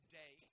day